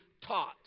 taught